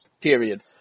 Period